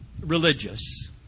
religious